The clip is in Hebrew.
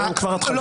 זו כבר התחלה טובה.